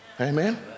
amen